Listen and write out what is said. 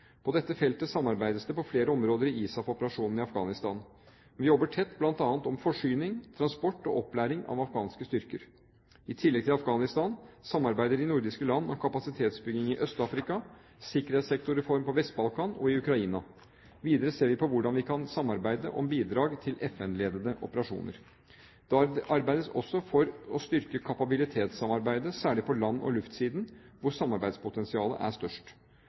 På dette feltet samarbeides det på flere områder i ISAF-operasjonen i Afghanistan. Vi jobber tett bl.a. om forsyning, transport og opplæring av afghanske styrker. I tillegg til Afghanistan samarbeider de nordiske land om kapasitetsbygging i Øst-Afrika og sikkerhetssektorreform på Vest-Balkan og i Ukraina. Videre ser vi på hvordan vi kan samarbeide om bidrag til FN-ledede operasjoner. Det arbeides også for å styrke kapabilitetssamarbeidet, særlig på land- og luftsiden, hvor samarbeidspotensialet er størst.